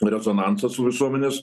rezonansą su visuomenės